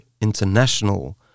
international